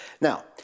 Now